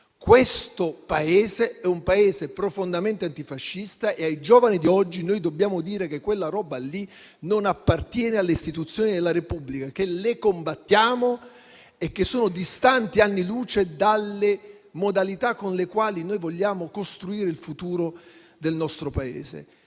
Questo è un Paese profondamente antifascista e ai giovani di oggi dobbiamo dire che quella roba lì non appartiene alle istituzioni della Repubblica, la combattiamo ed è distante anni luce dalle modalità con le quali vogliamo costruire il futuro del nostro Paese.